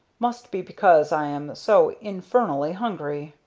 must be because i am so infernally hungry.